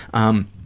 um,